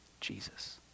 Jesus